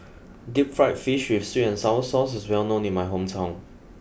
Deep Fried Fish with Sweet and Sour Sauce is well known in my hometown